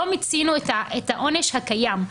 לא מיצינו את העונש הקיים.